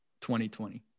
2020